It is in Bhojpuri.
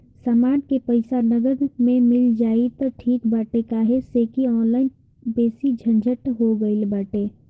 समान के पईसा नगद में मिल जाई त ठीक बाटे काहे से की ऑनलाइन बेसी झंझट हो गईल बाटे